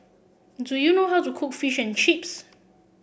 do you know how to cook Fish and Chips